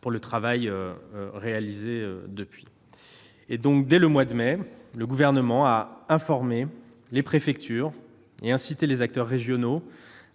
pour le travail réalisé depuis. Dès le mois de mai, le Gouvernement a informé les préfectures et incité les acteurs régionaux